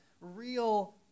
real